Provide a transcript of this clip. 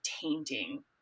tainting